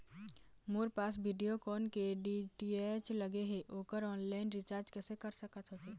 मोर पास वीडियोकॉन के डी.टी.एच लगे हे, ओकर ऑनलाइन रिचार्ज कैसे कर सकत होथे?